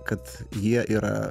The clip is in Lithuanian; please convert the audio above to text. kad jie yra